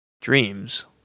dreams